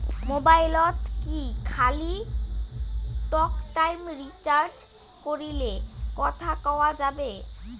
মোবাইলত কি খালি টকটাইম রিচার্জ করিলে কথা কয়া যাবে?